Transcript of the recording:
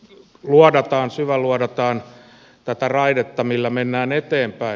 tässä syväluodataan tätä raidetta millä mennään eteenpäin